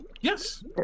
Yes